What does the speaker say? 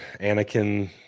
Anakin